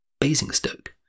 Basingstoke